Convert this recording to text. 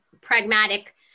pragmatic